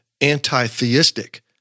anti-theistic